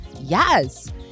Yes